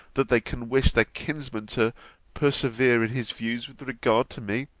that they can wish their kinsman to persevere in his views with regard to me,